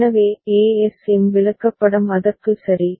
எனவே ஏஎஸ்எம் விளக்கப்படம் அதற்கு சரி